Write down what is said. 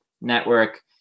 network